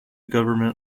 government